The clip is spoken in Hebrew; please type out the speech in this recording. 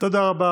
תודה רבה,